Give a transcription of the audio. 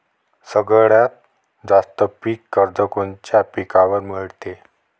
सगळ्यात जास्त पीक कर्ज कोनच्या पिकावर मिळते?